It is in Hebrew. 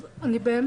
אז אני באמת,